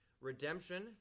Redemption